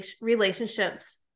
relationships